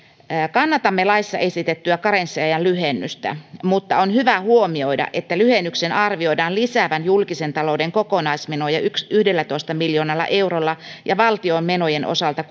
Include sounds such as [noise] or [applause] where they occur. kannatamme laissa esitettyä karenssiajan lyhennystä mutta on hyvä huomioida että lyhennyksen arvioidaan lisäävän julkisen talouden kokonaismenoja yhdellätoista miljoonalla eurolla ja valtion menojen osalta [unintelligible]